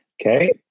Okay